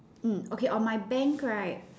mm okay on my bank right